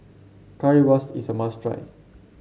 Currywurst is a must try